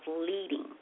leading